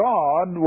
God